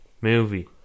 movie